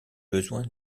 besoins